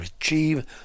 achieve